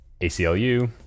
aclu